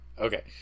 Okay